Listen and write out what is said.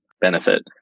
benefit